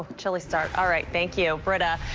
chilly start. all right, thank you. but